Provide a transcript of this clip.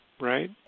right